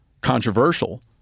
controversial